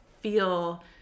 feel